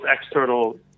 external